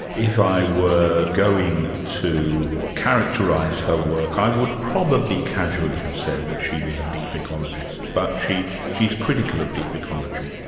if i were going to characterise her work, i would probably casually have said that she was a deep ecologist, but she's critical of deep ecology.